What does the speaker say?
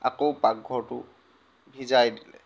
আকৌ পাকঘৰটো ভিজাই দিলে